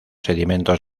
sedimentos